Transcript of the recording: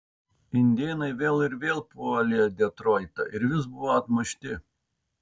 indėnai vėl ir vėl puolė detroitą ir vis buvo atmušti